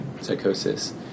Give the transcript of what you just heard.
psychosis